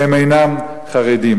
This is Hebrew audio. והם אינם חרדים.